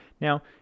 Now